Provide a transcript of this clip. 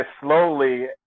slowly